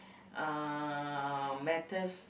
uh matters